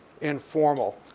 informal